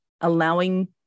allowing